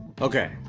Okay